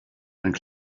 and